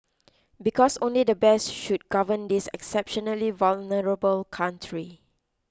because only the best should govern this exceptionally vulnerable country